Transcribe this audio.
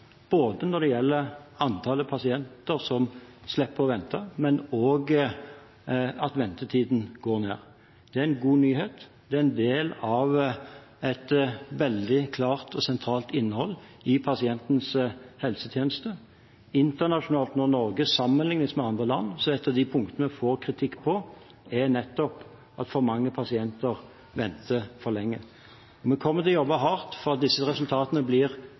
både antallet pasienter som slipper å vente, og at ventetiden går ned. Det er en god nyhet, det er en del av et veldig klart og sentralt innhold i pasientens helsetjeneste. Når Norge sammenlignes med andre land internasjonalt, er et av de punktene vi får kritikk på, nettopp at for mange pasienter venter for lenge. Vi kommer til å jobbe hardt for at disse resultatene blir